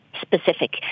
specific